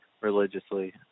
religiously